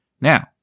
Now